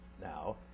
now